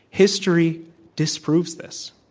history disproves this.